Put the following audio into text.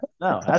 No